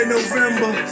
November